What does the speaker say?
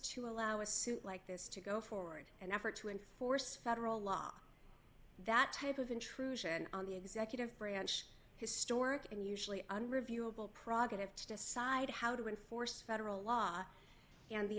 to allow a suit like this to go forward and effort to enforce federal law that type of intrusion on the executive branch historic and usually unreviewable praga have to decide how to enforce federal law and the